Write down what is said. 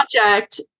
project